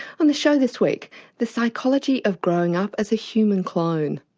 on the show this week the psychology of growing up as a human clone.